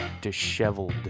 disheveled